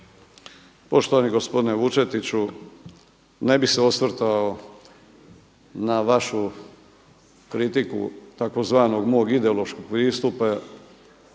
Poštovani gospodine Vučetiću, ne bih se osvrtao na vašu kritiku tzv. mog ideološkog pristupa